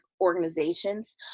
organizations